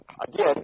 again